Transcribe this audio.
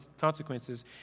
consequences